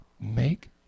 Make